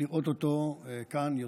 לראות אותו כאן יותר.